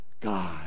God